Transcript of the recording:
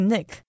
Nick